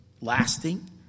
lasting